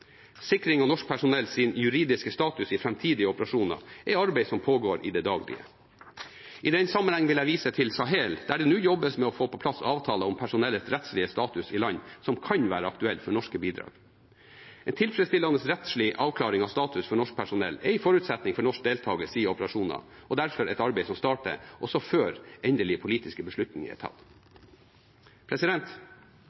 er arbeid som pågår i det daglige. I den sammenheng vil jeg vise til Sahel, der det nå jobbes med å få på plass avtaler om personellets rettslige status i land som kan være aktuelle for norske bidrag. En tilfredsstillende rettslig avklaring av status for norsk personell er en forutsetning for norsk deltakelse i operasjoner og derfor et arbeid som starter også før endelige politiske beslutninger er tatt.